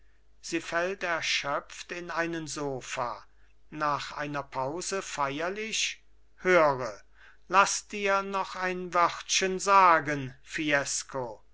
sie fällt er schöpft in einen sofa nach einer pause feierlich höre laß dir noch ein wörtchen sagen fiesco